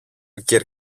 κυρ